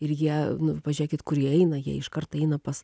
ir jie nu pažiūrėkit kurie jie eina jie iš kart eina pas